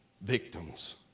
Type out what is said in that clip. victims